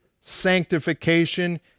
sanctification